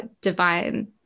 divine